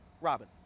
Robin